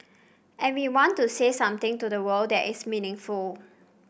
and we want to say something to the world that is meaningful